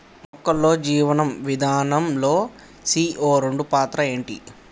మొక్కల్లో జీవనం విధానం లో సీ.ఓ రెండు పాత్ర ఏంటి?